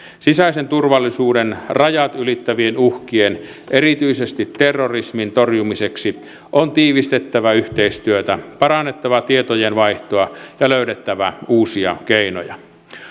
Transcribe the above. sisäisen turvallisuuden rajat ylittävien uhkien erityisesti terrorismin torjumiseksi on tiivistettävä yhteistyötä parannettava tietojenvaihtoa ja löydettävä uusia keinoja